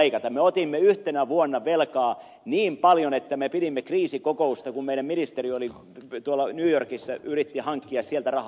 me otimme yhtenä vuonna velkaa niin paljon että me pidimme kriisikokousta kun meidän ministerimme oli new yorkissa yritti hankkia sieltä rahaa